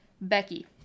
Becky